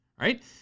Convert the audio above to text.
right